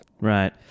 Right